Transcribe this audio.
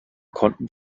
konnten